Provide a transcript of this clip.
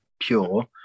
pure